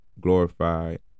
glorified